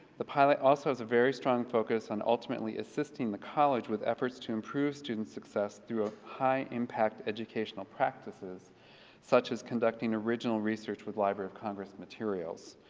the pilot also has a very strong focus on ultimately assisting the college with efforts to improve student's success through a high-impact educational practices such as conducting original research with library of congress materials.